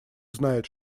знает